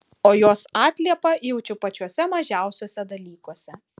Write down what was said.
o jos atliepą jaučiu pačiuose mažiausiuose dalykuose